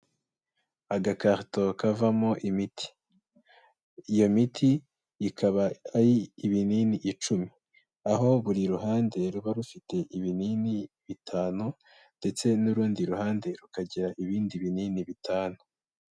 Agakarito kavamo imiti iyo miti ikaba ari ibinini icumi, aho buri ruhande ruba rufite ibinini bitanu ndetse n'urundi ruhande rukagira ibindi binini bitanu.